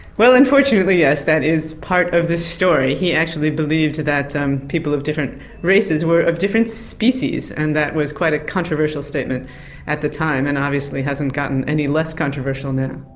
well unfortunately yes, that is part of this story. he actually believed that um people of different races were of different species, and that was quite a controversial statement at the time and obviously hasn't gotten any less controversial now.